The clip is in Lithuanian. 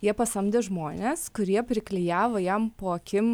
jie pasamdė žmones kurie priklijavo jam po akim